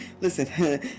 Listen